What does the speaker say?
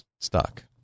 stuck